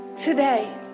today